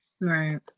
right